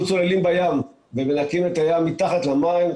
אנחנו צוללים בים ומנקים את הים מתחת למים.